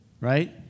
right